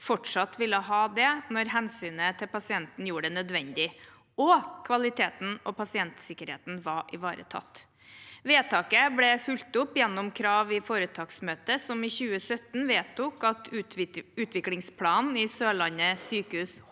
fortsatt ville ha det når hensynet til pasienten gjorde det nødvendig og kvaliteten og pasientsikkerheten var ivaretatt. Vedtaket ble fulgt opp gjennom krav i foretaksmøtet, som i 2017 vedtok at «utviklingsplanen i Sørlandet sykehus